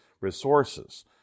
resources